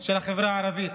של החברה הערבית,